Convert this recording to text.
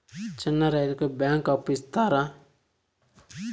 చిన్న రైతుకు బ్యాంకు అప్పు ఇస్తారా?